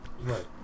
Right